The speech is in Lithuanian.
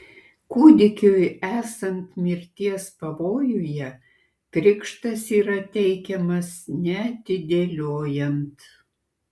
kūdikiui esant mirties pavojuje krikštas yra teikiamas neatidėliojant